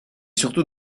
surtout